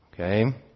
Okay